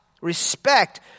Respect